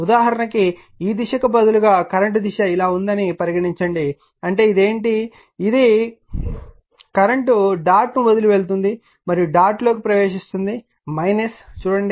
ఉదాహరణకు ఈ దిశ లకు బదులుగా కరెంట్ దిశ ఇలా ఉంది అని పరిగణించండి అంటే ఇది ఏమిటి ఇది కరెంటు డాట్ ను వదిలి వెళ్తుంది మరియు ఇది డాట్ లోకి ప్రవేశిస్తుంది చూడండి